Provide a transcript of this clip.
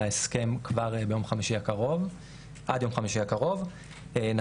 ההסכם כבר ביום חמישי הקרוב או עד יום חמישי הקרוב.